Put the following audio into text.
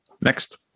Next